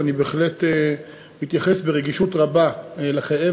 ואני בהחלט מתייחס ברגישות רבה לכאב